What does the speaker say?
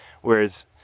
whereas